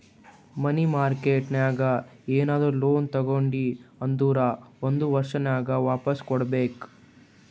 ಮನಿ market ನಾಗ್ ಏನರೆ loan ತಗೊಂಡಿ ಅಂದುರ್ ಒಂದ್ ವರ್ಷನಾಗೆ ವಾಪಾಸ್ ಕೊಡ್ಬೇಕ್